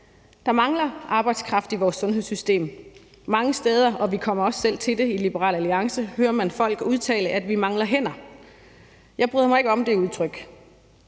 Der mangler arbejdskraft i vores sundhedssystem, og mange steder – og vi kommer os selv til at sige det i Liberal Alliance – hører man folk udtale, at vi mangler hænder. Jeg bryder mig ikke om det udtryk.